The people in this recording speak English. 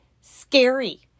scary